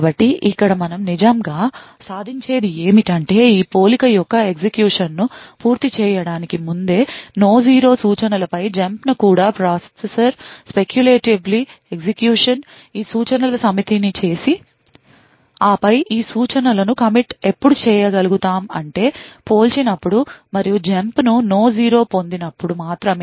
కాబట్టి ఇక్కడ మనం నిజంగా సాధించేది ఏమిటంటే ఈ పోలిక యొక్క ఎగ్జిక్యూషన్ ను పూర్తి చేయడానికి ముందే no zero సూచనలపై జంప్ ను కూడా ప్రాసెసర్ speculatively ఎగ్జిక్యూషన్ ఈ సూచనల సమితిని చేసి ఆపై ఈ సూచనలను commit ఎప్పుడు చేయగలుగు తాం అంటే పోల్చినప్పుడు మరియు జంప్ ను no 0 పొందినప్పుడు మాత్రమే